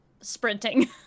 sprinting